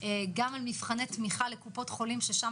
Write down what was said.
גם על מבחני תמיכה לקופות חולים ששם